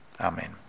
Amen